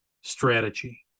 strategy